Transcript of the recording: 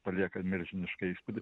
palieka milžinišką įspūdį